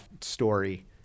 story